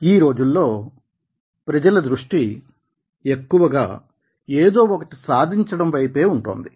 ఈ రోజుల్లో ప్రజల దృష్టి ఎక్కువగా ఏదో ఒకటి సాధించడం వైపే ఉంటోంది